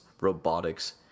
robotics